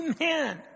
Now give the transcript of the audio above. Amen